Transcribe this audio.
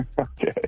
Okay